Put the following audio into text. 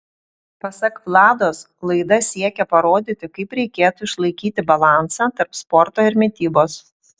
pasak vlados laida siekia parodyti kaip reikėtų išlaikyti balansą tarp sporto ir mitybos